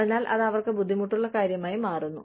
അതിനാൽ അത് അവർക്ക് ബുദ്ധിമുട്ടുള്ള കാര്യമായി മാറുന്നു